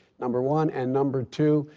number one, and number two,